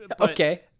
Okay